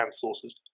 sources